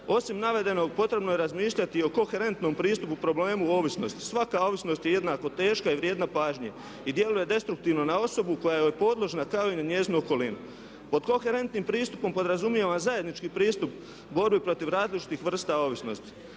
Osim navedenog potrebno je razmišljati i o koherentnom pristupu problemu ovisnosti. Svaka ovisnost je jednako teška i vrijedna pažnje i djeluje destruktivno na osobu koja joj je podložna kao i na njezinu okolinu. Pod koherentnim pristupom podrazumijeva zajednički pristup borbe protiv različitih vrsta ovisnosti.